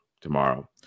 tomorrow